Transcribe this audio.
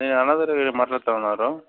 నేను అనాదరూ మాట్లాడుతున్నారు